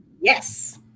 Yes